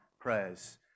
prayers